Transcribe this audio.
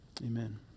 Amen